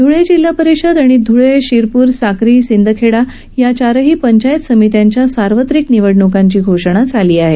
ध्ळे जिल्हा परिषद आणि ध्ळे शिरपूर साक्री शिंदखेडा या चारही पंचायत समित्यांच्या सार्वत्रिक निवडण्कांची घोषणा झाली आहे